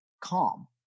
calm